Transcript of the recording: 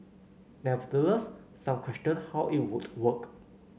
nevertheless some questioned how it would work